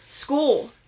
school